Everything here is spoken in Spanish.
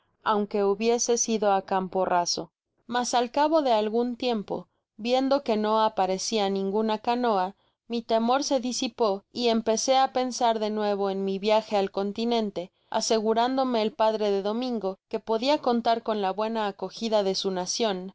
aunque hubiese sido á campo raso mas al cabo de algun tiempo viendo que no aparecía ninguna canoa mi temor se disipó y empecé á pensar de nuevo en mi viaje al continente asegurándome el padre de domingo que podia contar con la bueua acogida de su nacion